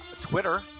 Twitter